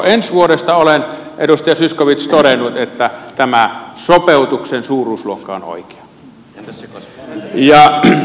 ensi vuodesta olen edustaja zyskowicz todennut että tämä sopeutuksen suuruusluokka on oikea